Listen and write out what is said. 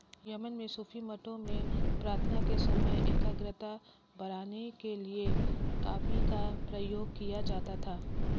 Yemen में सूफी मठों में प्रार्थना के समय एकाग्रता बढ़ाने के लिए कॉफी का प्रयोग किया जाता था